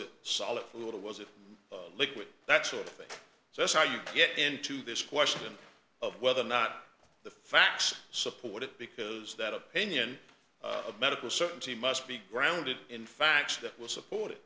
it solid for what it was it liquid that sort of thing so that's how you get into this question of whether or not the facts support it because that opinion of medical certainty must be grounded in facts that will support it